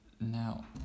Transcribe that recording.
now